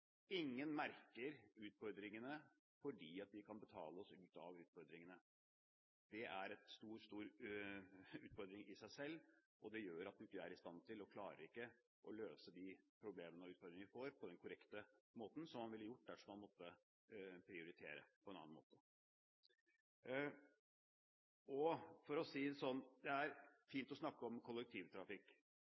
Ingen merker utfordringene fordi vi kan betale oss ut av dem. Det er en stor, stor utfordring i seg selv, og det gjør at vi ikke er i stand til og ikke klarer å løse de problemene og utfordringene vi får, på den korrekte måten som man ville gjort dersom man måtte prioritere på en annen måte. Det er fint å snakke om kollektivtrafikk.